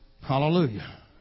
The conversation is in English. Hallelujah